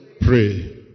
Pray